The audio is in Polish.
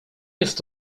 jest